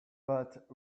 but